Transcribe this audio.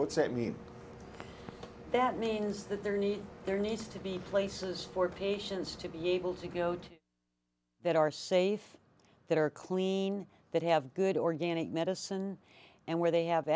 what's that mean that means that there need there needs to be places for patients to be able to go to that are safe that are clean that have good organic medicine and where they have